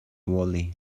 valley